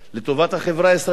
לטובת החברה הישראלית כולה,